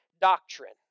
doctrine